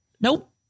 nope